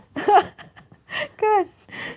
ah ha kan